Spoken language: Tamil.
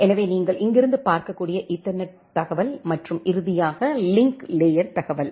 எனவே நீங்கள் இங்கிருந்து பார்க்கக்கூடிய ஈத்தர்நெட் தகவல் மற்றும் இறுதியாக லிங்க் லேயர் தகவல்